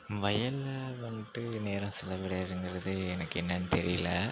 வயலில் வந்துட்டு நேராக செலவிடியறங்கறது எனக்கு என்னென்னு தெரியல